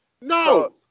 No